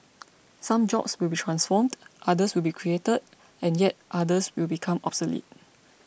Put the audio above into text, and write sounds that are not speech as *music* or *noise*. *noise* some jobs will be transformed others will be created and yet others will become obsolete